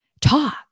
talk